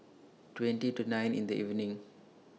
twenty to nine in The evening